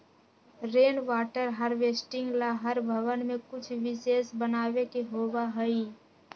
rain water harvesting ला हर भवन में कुछ विशेष बनावे के होबा हई